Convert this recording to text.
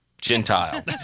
Gentile